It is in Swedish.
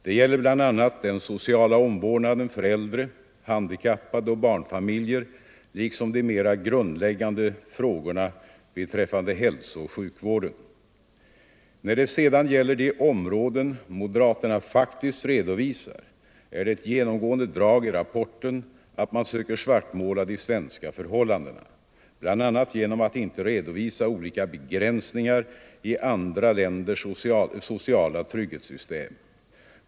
Det gäller bl.a. den sociala omvårdnaden för äldre, handikappade och barnfamiljer liksom de mera grundläggande frågorna beträffande hälsooch sjukvården. När det sedan gäller de områden moderaterna faktiskt redovisar är det ett genomgående drag i rapporten att man söker svartmåla de svenska förhållandena, bl.a. genom att inte redovisa olika begränsningar i andra länders sociala trygghetssystem.